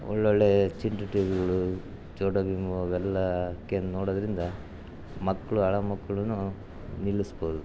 ಒಳ್ಳೊಳ್ಳೆ ಚಿಂಟು ಟಿ ವಿಗಳು ಚೋಟಾ ಭೀಮು ಅವೆಲ್ಲ ಹಾಕಿಕೊಂಡು ನೋಡೋದರಿಂದ ಮಕ್ಕಳು ಅಳೋ ಮಕ್ಕಳನ್ನು ನಿಲ್ಲಿಸ್ಬೋದು